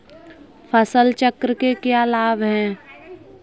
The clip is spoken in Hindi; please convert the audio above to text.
फसल चक्र के क्या लाभ हैं?